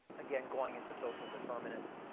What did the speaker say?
again going into social determinants,